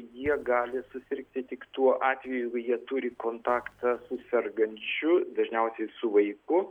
jie gali susirgti tik tuo atveju jeigu jie turi kontaktą su sergančiu dažniausiai su vaiku